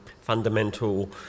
fundamental